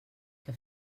que